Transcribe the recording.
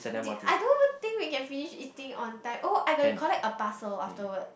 I don't even think we can finish eating on time oh I got to collect a parcel afterwards